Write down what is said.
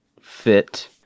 fit